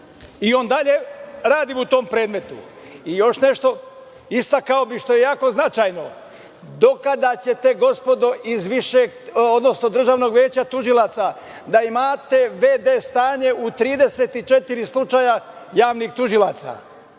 i on dalje radi u tom predmetu. Još nešto, istakao bih, što je jako značajno, do kada ćete gospodo iz Državnog veća tužilaca da imate v.d. stanje u 34 slučaja javnih tužilaca?